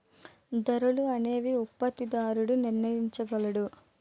ధరలు అనేవి ఉత్పత్తిదారుడు నిర్ణయించగలడు